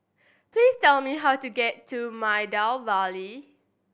please tell me how to get to Maida Vale